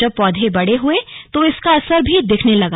जब पौधे बड़े हुए तो इसका असर भी दिखने लगा